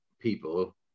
people